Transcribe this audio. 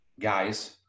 guys